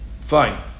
Fine